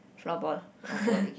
floorball